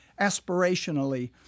aspirationally